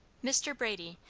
mr. brady,